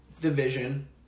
Division